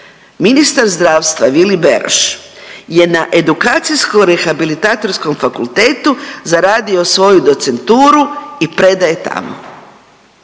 ministar zdravstva Vili Beroš je na Edukacijsko rehabilitatorskom fakultetu zaradio svoju docenturu i predaje tamo,